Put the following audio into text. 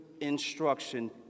instruction